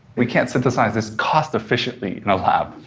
we can't synthesize this cost-efficiently in a lab.